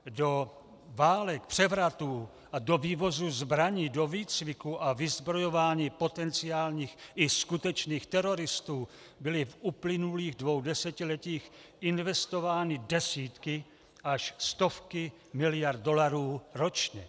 Do válek, převratů a do vývozu zbraní, do výcviku a vyzbrojování potenciálních i skutečných teroristů byly v uplynulých dvou desetiletích investovány desítky až stovky miliard dolarů ročně.